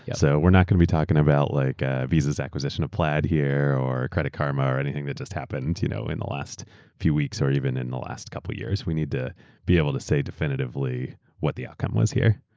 yeah so we're not going to be talking about like ah visaaeurs acquisition applied here or credit karma or anything that just happened and you know in the last few weeks or even in the last couple of years. we need to be able to say definitively what the outcome was here.